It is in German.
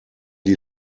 die